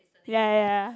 ya ya ya